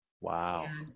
wow